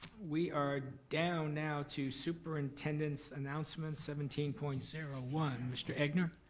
we are down now to superintendent's announcements seventeen point zero one, mr. egnor.